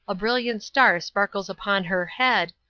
a brilliant star sparkles upon her head,